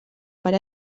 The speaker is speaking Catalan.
per